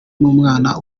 n’umwana